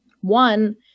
one